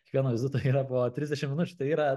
kiekvieno vizito yra po trisdešim minučių tai yra